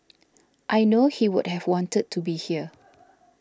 I know he would have wanted to be here